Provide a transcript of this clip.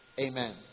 Amen